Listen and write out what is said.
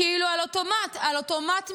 כאילו על אוטומט, על אוטומט משתלחים,